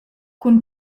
cun